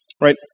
Right